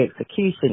execution